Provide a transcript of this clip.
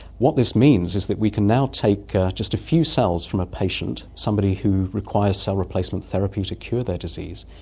what this means is that we can now take just a few cells from a patient, somebody who requires cell replacement therapy to cure their disease,